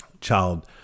child